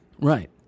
Right